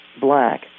black